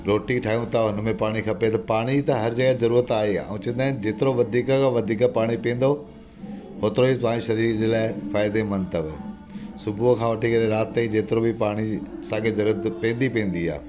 रोटी ठाहियूं त हुन में बि पाणी खपे त पाणी त हर जॻह ज़रूरत आहे ई आहे आहे ऐं चवंदा आहिनि जेतिरो वधीक खां वधीक पाणी पीअंदो ओतिरो ई तव्हांजे शरीर जे लाइ फ़ाइइदेमंद अथव सुबुह खां वठी करे राति ताईं जेतिरो बि पाणी साॻे जरूरत पवंदी पवंदी आहे